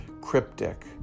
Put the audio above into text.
cryptic